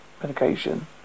medication